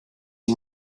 you